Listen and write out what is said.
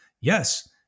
Yes